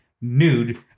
nude